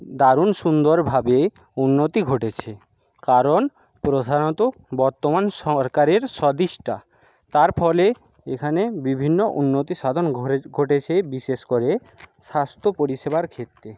দারুণ সুন্দরভাবে উন্নতি ঘটেছে কারণ প্রধানত বত্তমান সরকারের সদিচ্ছা তার ফলে এখানে বিভিন্ন উন্নতি সাধন ঘটেছে বিশেষ করে স্বাস্থ্য পরিষেবার ক্ষেত্রে